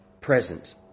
present